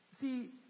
See